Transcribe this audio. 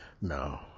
No